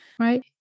right